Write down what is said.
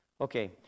Okay